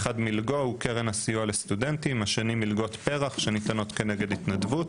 הראשון מילגו של קרן הסטודנטים השני מלגות פרח שניתנות כנגד התנדבות,